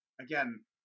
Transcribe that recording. again